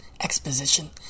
exposition